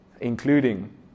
Including